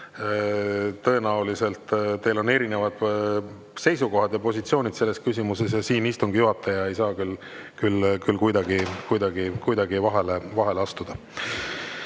Tõenäoliselt teil on erinevad seisukohad ja positsioonid selles küsimuses ja siin istungi juhataja ei saa küll kuidagi vahele astuda.